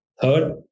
Third